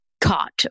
caught